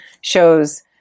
shows